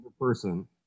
person